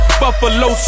buffalo